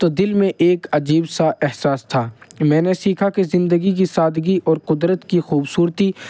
تو دل میں ایک عجیب سا احساس تھا میں نے سیکھا کہ زندگی کی سادگی اور قدرت کی خوبصورتی